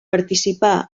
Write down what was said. participà